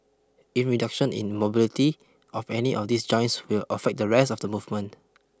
in reduction in mobility of any of these joints will affect the rest of the movement